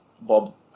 Bob